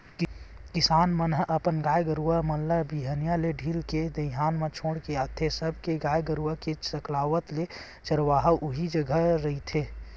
किसान मन ह अपन गाय गरु मन ल बिहनिया ले ढील के दईहान म छोड़ के आथे सबे के गाय गरुवा के सकलावत ले चरवाहा उही जघा रखथे